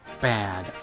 bad